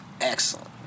excellent